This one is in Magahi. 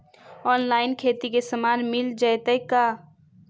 औनलाइन खेती के सामान मिल जैतै का?